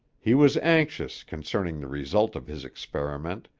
he was anxious concerning the result of his experiment,